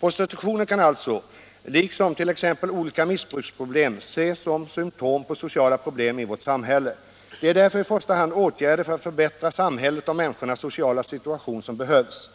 Prostitutionen kan alltså liksom 1. ex. olika missbruksproblem ses som symtom på sociala problem i vårt samhälle. Det är därför i första hand åtgärder för att förbättra samhället och människors sociala situation som behövs.